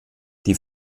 die